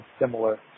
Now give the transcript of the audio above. similar